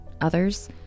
others